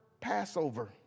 Passover